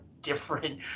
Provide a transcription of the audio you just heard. different